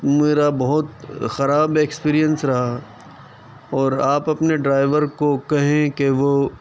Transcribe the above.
میرا بہت خراب ایکسپیرئنس رہا اور آپ اپنے ڈرائیور کو کہیں کہ وہ